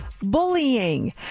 Bullying